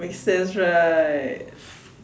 make sense right